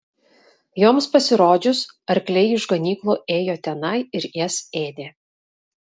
joms pasirodžius arkliai iš ganyklų ėjo tenai ir jas ėdė